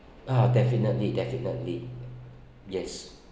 ah definitely definitely yes